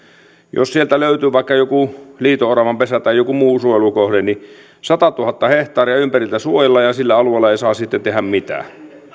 jos sieltä löytyy vaikka joku liito oravan pesä tai joku muu suojelukohde niin satatuhatta hehtaaria ympäriltä suojellaan ja sillä alueella ei saa sitten tehdä mitään